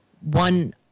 one